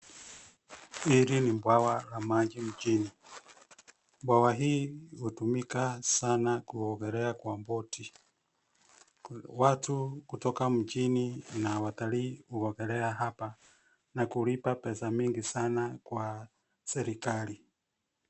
Hili ni bwawa la maji mjini. Bwawa hii hutumika sana kuogelea kwa boti. Watu kutoka mjini na watalii huogelea hapa na kulipa pesa mingi sana kwa serikali.